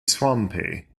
swampy